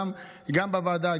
גם בוועדה,